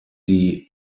die